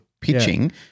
Pitching